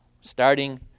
starting